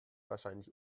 wahrscheinlich